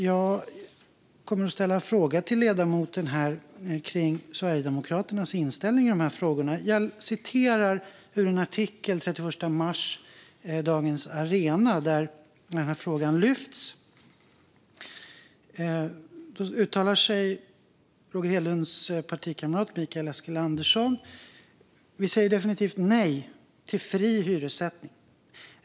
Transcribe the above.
Jag kommer att ställa en fråga till ledamoten om Sverigedemokraternas inställning i dessa frågor. Jag ska citera ur en artikel från den 31 mars i Dagens Arena, där frågan lyfts upp och där Roger Hedlunds partikamrat Mikael Eskilandersson uttalar sig: "Vi säger definitivt nej till fri hyressättning.